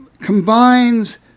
combines